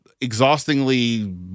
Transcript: exhaustingly